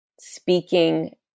speaking